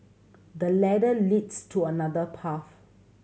the ladder leads to another path